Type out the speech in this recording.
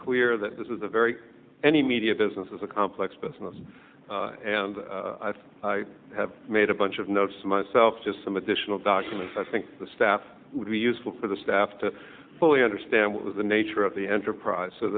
clear that this is a very any media business is a complex business and i have made a bunch of notes myself just some additional documents i think the staff would be useful for the staff to fully understand what was the nature of the enterprise so